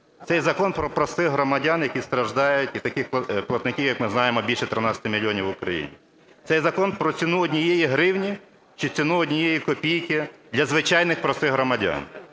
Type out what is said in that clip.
Цей закон про простих громадян, які страждають, і таких платників, як ми знаємо більше 13 мільйонів в Україні. Цей закон про ціну однієї гривні чи ціну однієї копійки для звичайних простих громадян.